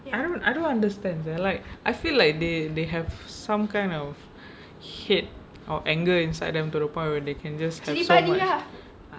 I don't I don't understand sia like I feel like they they have some kind of hate or anger inside them to the point where they can just hate so much